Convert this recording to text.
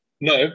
No